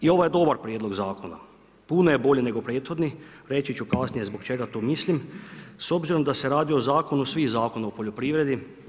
I ovaj je dobar prijedlog zakona, puno je bolji nego prethodni, reći ću kasnije zbog čega to mislim, s obzirom da se radi o zakonu svih zakona o poljoprivredi.